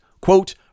quote